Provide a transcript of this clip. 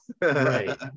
Right